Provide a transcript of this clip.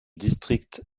district